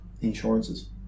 insurances